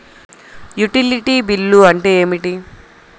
Utility bill అంటే ఏమిటి?